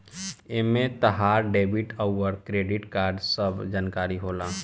एमे तहार डेबिट अउर क्रेडित कार्ड के सब जानकारी होला